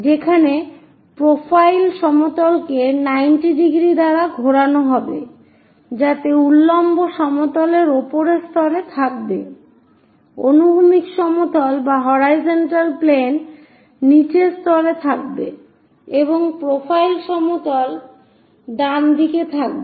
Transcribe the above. যেখানে প্রোফাইল সমতলকে 90 ডিগ্রী দ্বারা ঘোরানো হবে যাতে উল্লম্ব সমতল উপরের স্তরে থাকবে অনুভূমিক সমতল নীচের স্তরে থাকবে এবং প্রোফাইল সমতল ডানদিকে থাকবে